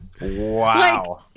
Wow